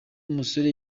musore